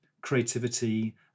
creativity